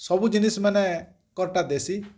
ସବୁ ଜିନିଷ୍ ମାନେ କର୍ତା ଦେଶୀ